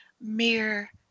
mere